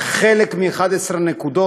חלק מ-11 נקודות,